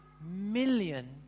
million